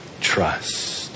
trust